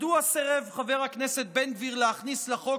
מדוע סירב חבר הכנסת בן גביר להכניס לחוק